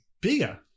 bigger